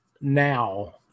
now